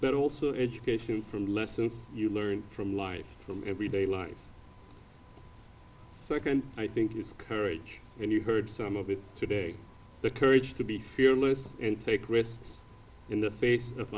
but also education from lessons you learn from life from everyday life so i think it's courage and you heard some of it today the courage to be fearless and take risks in the face of